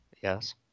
Yes